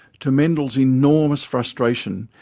to mendel's enormous frustration,